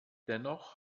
dennoch